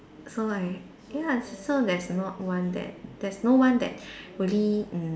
so I ya so there's not one that there's no one that really mm